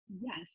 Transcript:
Yes